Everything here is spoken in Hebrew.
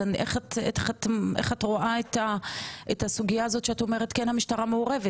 אז איך את רואה את הסוגיה הזו שאת אומרת כן המשטרה מעורבת?